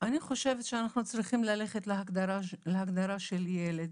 אני חושבת שאנחנו צריכים ללכת להגדרה של ילד.